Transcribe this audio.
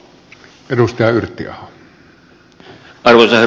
arvoisa herra puhemies